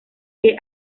que